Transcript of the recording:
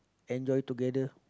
enjoy together